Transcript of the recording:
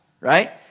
right